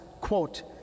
quote